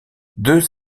deux